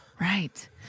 right